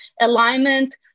alignment